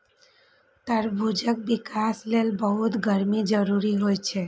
तरबूजक विकास लेल बहुत गर्मी जरूरी होइ छै